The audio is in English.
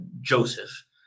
Joseph